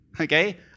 okay